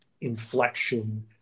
inflection